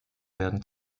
werden